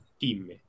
team